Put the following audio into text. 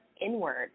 inward